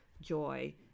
joy